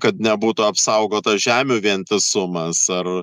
kad nebūtų apsaugotas žemių vientisumas ar